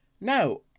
Now